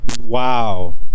Wow